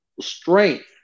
strength